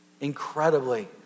incredibly